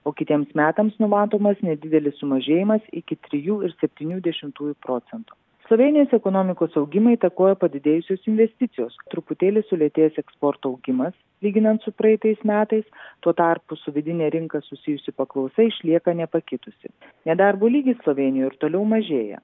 o kitiems metams numatomas nedidelis sumažėjimas iki trijų ir septynių dešimtųjų procento slovėnijos ekonomikos augimą įtakoja padidėjusios investicijos truputėlį sulėtėjęs eksporto augimas lyginant su praeitais metais tuo tarpu su vidine rinka susijusi paklausa išlieka nepakitusi nedarbo lygis slovėnijoje ir toliau mažėja